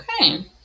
Okay